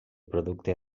producte